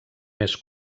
més